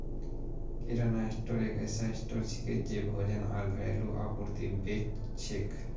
किराना store एक ऐसा store छिके जे भोजन आर घरेलू आपूर्ति बेच छेक